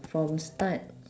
from start